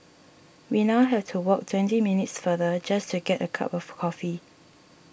we now have to walk twenty minutes farther just to get a cup of coffee